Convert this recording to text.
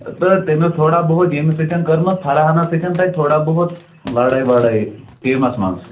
تہٕ تٔمۍ ٲسۍ تھوڑا بہت ییٚمِس سۭتۍ کٔرٕمٕژ فرہانَس سۭتۍ تَتہِ تھوڑا بہت لَڑٲے وَڑٲے ٹیٖمَس منٛز